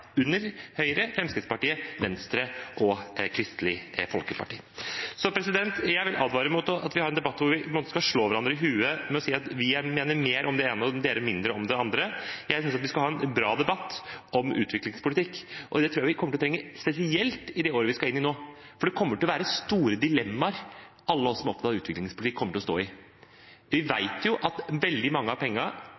under Høyre, Fremskrittspartiet, Venstre og Kristelig Folkeparti. Jeg vil advare mot at vi har en debatt hvor vi skal slå hverandre i hodet med å si at vi mener mer om det ene og dere mindre om det andre. Jeg synes vi skal ha en bra debatt om utviklingspolitikk, og det tror jeg vi kommer til å trenge spesielt i det året vi skal inn i nå, for det kommer til å være store dilemmaer alle vi som er opptatt av utviklingspolitikk, kommer til å stå i. Vi